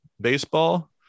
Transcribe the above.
baseball